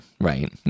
right